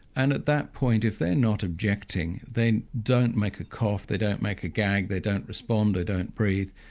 and at that point if they're not objecting, they don't make a cough, they don't make a gag, they don't respond, they don't breathe,